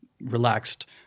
relaxed